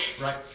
right